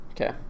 Okay